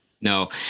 No